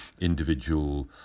individual